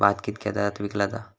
भात कित्क्या दरात विकला जा?